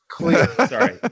sorry